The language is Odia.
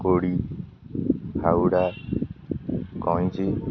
କୋଡ଼ି ହାଉଡ଼ା ଗଇଁଚି